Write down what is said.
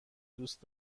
دوست